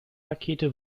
rakete